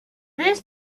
this